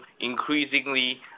increasingly